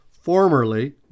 formerly